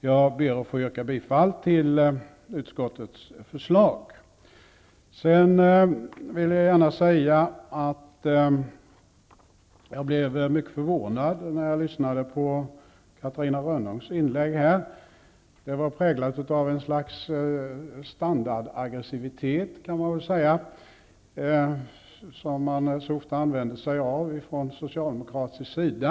Jag yrkar bifall till utskottets förslag. Jag blev förvånad när jag lyssnade på Catarina Rönnungs inlägg. Det var präglat av ett slags standardaggressivitet som man så ofta använder sig av från socialdemokratisk sida.